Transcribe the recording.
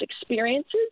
experiences